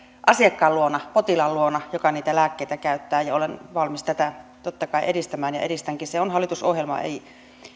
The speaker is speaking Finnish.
asiakkaan luona potilaan luona joka niitä lääkkeitä käyttää ja olen valmis tätä totta kai edistämään ja edistänkin se on hallitusohjelmaa ei